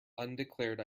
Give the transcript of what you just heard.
undeclared